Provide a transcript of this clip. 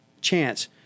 chance